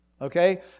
okay